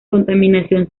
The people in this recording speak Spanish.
contaminación